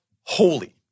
holy